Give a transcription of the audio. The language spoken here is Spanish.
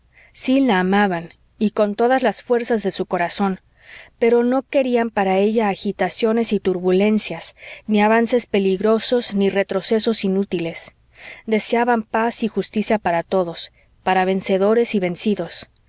sí la amaban y con todas las fuerzas de su corazón pero no querían para ella agitaciones y turbulencias ni avances peligrosos ni retrocesos inútiles deseaban paz y justicia para todos para vencedores y vencidos